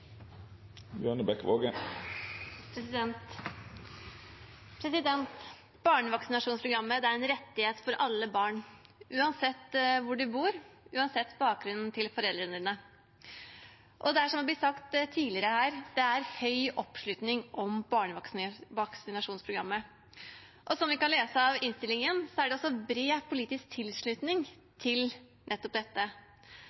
er en rettighet for alle barn, uansett hvor de bor, uansett bakgrunnen til foreldrene. Det er – som det er blitt sagt tidligere her – høy oppslutning om barnevaksinasjonsprogrammet. Som vi kan lese av innstillingen, er det også bred politisk tilslutning